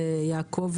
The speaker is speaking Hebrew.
יעקב,